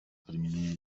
применения